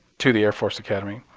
to the air force academy.